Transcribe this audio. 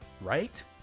right